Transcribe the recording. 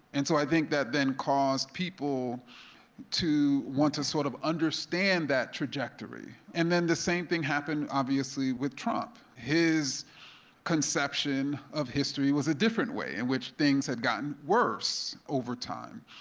and so i think that then caused people to want to sort of understand that trajectory, and then the same thing happened, obviously, with trump. his conception of history was a different way in which things had gotten worse over time,